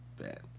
bad